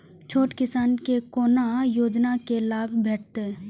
छोट किसान के कोना योजना के लाभ भेटते?